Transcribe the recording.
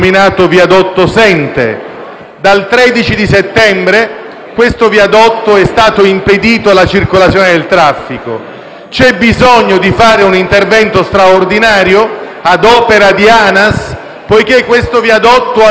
Dal 13 settembre su questo viadotto è stata impedita la circolazione del traffico. C'è bisogno di un intervento straordinario a opera di ANAS, poiché questo viadotto è al termine della sua vita tecnica